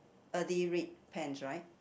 earthy red pants right